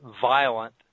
violent